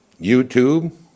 YouTube